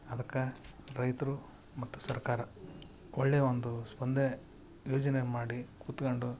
ಅದಕ್ಕೆ ರೈತರು ಮತ್ತು ಸರ್ಕಾರ ಒಳ್ಳೆ ಒಂದು ಸ್ಪಂದ್ನೆ ಯೋಜನೆ ಮಾಡಿ ಕೂತ್ಕೊಂಡು